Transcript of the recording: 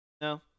No